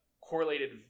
correlated